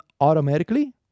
automatically